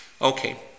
Okay